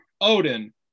Odin